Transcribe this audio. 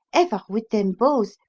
ever with them both,